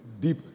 Deep